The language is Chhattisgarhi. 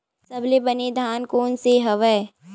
सबले बने धान कोन से हवय?